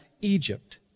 Egypt